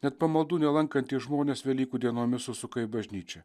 net pamaldų nelankantys žmonės velykų dienomis užsuka į bažnyčią